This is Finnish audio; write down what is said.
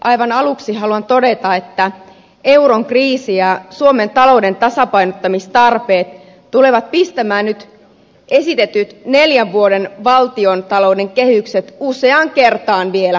aivan aluksi haluan todeta että euron kriisi ja suomen talouden tasapainottamistarpeet tulevat pistämään nyt esitetyt neljän vuoden valtiontalouden kehykset useaan kertaan vielä uusiksi